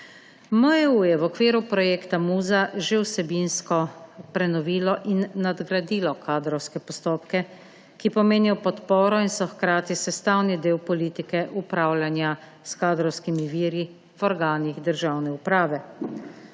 MJU je v okviru projekta MUZA že vsebinsko prenovilo in nadgradilo kadrovske postopke, ki pomenijo podporo in so hkrati sestavni del politike upravljanja s kadrovskimi viri v organih državne uprave.